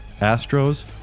Astros